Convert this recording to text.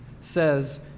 says